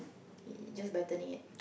just by turning it